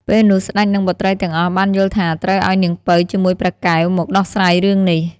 ពេលនោះស្ដេចនិងបុត្រីទាំងអស់បានយល់ថាត្រូវឲ្យនាងពៅជាមួយព្រះកែវ មកដោះស្រាយរឿងនេះ។